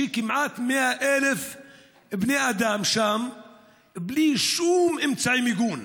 שכמעט 100,000 בני אדם שם בלי שום אמצעי מיגון,